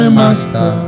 master